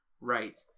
right